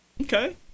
Okay